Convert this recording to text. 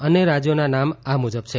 અન્ય રાજયોના નામ આ મુજબ છે